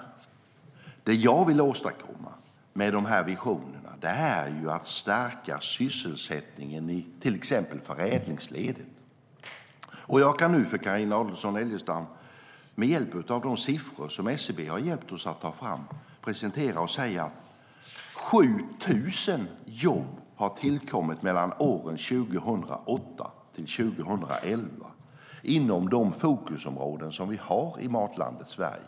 Det jag vill åstadkomma med de här visionerna är att stärka sysselsättningen, till exempel i förädlingsledet. Jag kan nu med hjälp av de siffror som SCB hjälpt oss att ta fram säga till Carina Adolfsson Elgestam att 7 000 jobb tillkom mellan åren 2008 och 2011 inom de fokusområden som vi har i Matlandet Sverige.